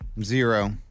Zero